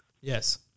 Yes